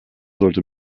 sollte